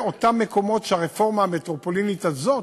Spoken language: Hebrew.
אותם מקומות שהרפורמה המטרופולינית הזאת,